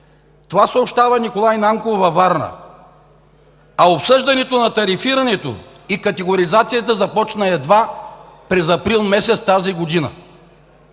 това съобщава Николай Нанков във Варна, а обсъждането на тарифирането и категоризацията започна едва през месец април тази година.